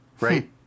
right